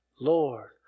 Lord